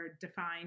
defined